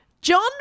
John